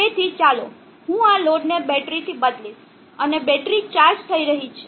તેથી ચાલો હું આ લોડને બેટરીથી બદલીશ અને બેટરી ચાર્જ થઈ રહી છે